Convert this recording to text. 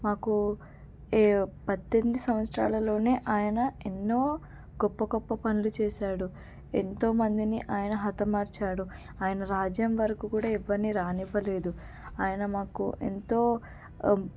మాకు ఈ పద్దెనిమిది సంవత్సరాలలోనే ఆయన ఎన్నో గొప్ప గొప్ప పనులు చేశాడు ఎంతో మందిని ఆయన హతమార్చాడు ఆయన రాజ్యం వరకు కూడా ఎవరిని రానివ్వలేదు ఆయన మాకు ఎంతో